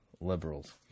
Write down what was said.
liberals